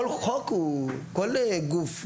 כל גוף,